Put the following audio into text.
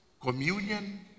communion